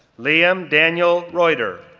liam daniel reuter,